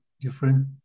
different